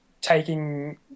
taking